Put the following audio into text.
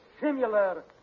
similar